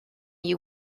you